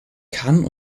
kann